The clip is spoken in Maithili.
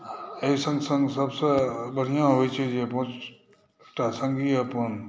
एहि सङ्ग सङ्ग सभसँ बढ़िऑं होइ छै जे एकटा सङ्गी अपन